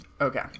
okay